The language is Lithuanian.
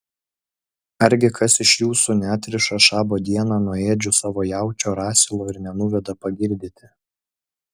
argi kas iš jūsų neatriša šabo dieną nuo ėdžių savo jaučio ar asilo ir nenuveda pagirdyti